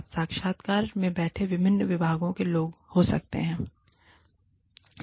आप साक्षात्कार में बैठे विभिन्न विभागों के लोग हो सकते हैं